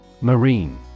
Marine